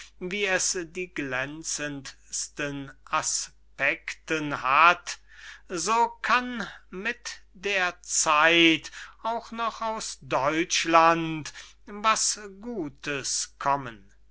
wie es die glänzendsten aspekten hat so kann mit der zeit auch noch aus deutschland was gutes kommen